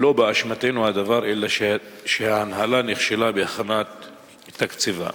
שלא באשמתנו הדבר, אלא ההנהלה נכשלה בהכנת תקציבה.